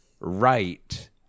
right